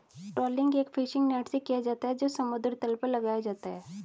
trawling एक fishing net से किया जाता है जो समुद्र तल पर लगाया जाता है